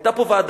היתה פה ועדה,